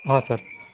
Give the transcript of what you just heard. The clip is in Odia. ହଁ ସାର୍